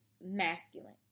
masculine